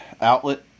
outlet